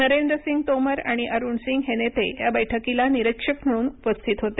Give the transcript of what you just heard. नरेंद्रसिंग तोमर आणि अरुण सिंग हे नेते या बैठकीला निरीक्षक म्हणून उपस्थित होते